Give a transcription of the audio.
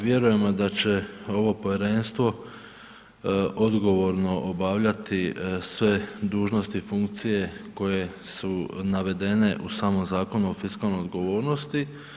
Vjerujemo da će ovo povjerenstvo odgovorno obavljati sve dužnosti i funkcije koje su navedene u samom Zakonu o fiskalnoj odgovornosti.